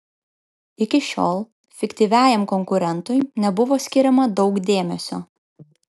iki šiol fiktyviajam konkurentui nebuvo skiriama daug dėmesio